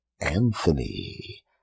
Anthony